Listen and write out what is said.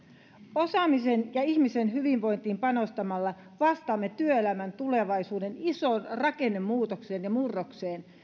osaamiseen ja ihmisen hyvinvointiin panostamalla vastaamme työelämän tulevaisuuden isoon rakennemuutokseen ja murrokseen